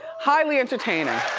highly entertaining.